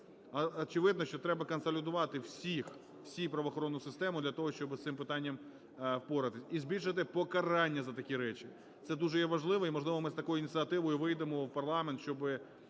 Очевидно, що треба консолідувати всіх, всю правоохоронну систему для того, щоби з цим питанням впоратись. І збільшити покарання за такі речі – це дуже є важливо. І, можливо, ми з такою ініціативою вийдемо в парламент, щоби